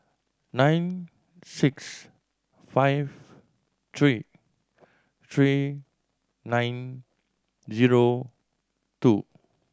nine six five three three nine zero two